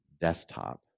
desktop